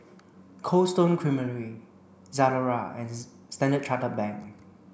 Cold Stone Creamery Zalora and Standard Chartered Bank